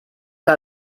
que